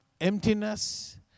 emptiness